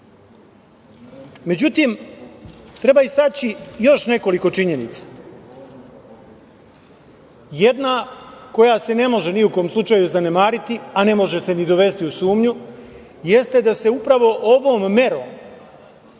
treba istaći još nekoliko činjenica. Jedna koja se ne može ni u kom slučaju zanemariti, a ne može se ni dovesti u sumnju jeste da se upravo ovom merom